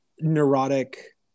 neurotic